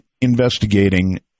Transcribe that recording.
investigating